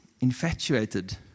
infatuated